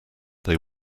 they